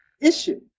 issue